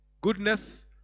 goodness